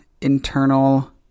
internal